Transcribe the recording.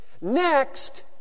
Next